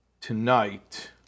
tonight